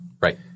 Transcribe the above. Right